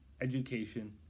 education